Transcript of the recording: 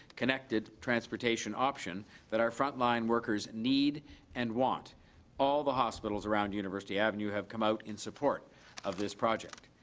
connected transportation option that our frontline workers need and want all the hospitals around university avenue have come out in support of this project.